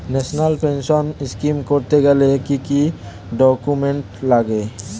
National pension scheme করতে গেলে কি কি ডকুমেন্ট লাগে?